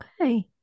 Okay